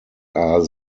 are